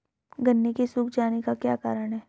गन्ने के सूख जाने का क्या कारण है?